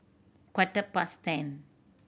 quarter past ten